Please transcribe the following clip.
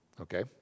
Okay